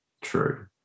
True